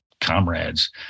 comrades –